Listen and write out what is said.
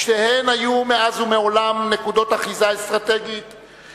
שתיהן היו מאז ומעולם נקודת אחיזה אסטרטגית,